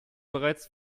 bereits